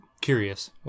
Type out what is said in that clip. curious